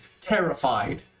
terrified